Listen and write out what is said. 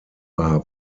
war